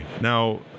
Now